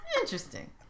interesting